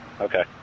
Okay